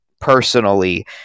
personally